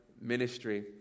ministry